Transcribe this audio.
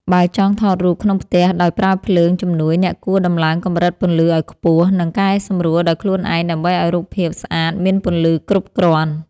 បើចង់ថតរូបក្នុងផ្ទះដោយប្រើភ្លើងជំនួយអ្នកគួរដំឡើងកម្រិតពន្លឺឱ្យខ្ពស់ និង កែសម្រួលដោយខ្លួនឯងដើម្បីឱ្យរូបភាពស្អាតមានពន្លឺគ្រប់គ្រាន់។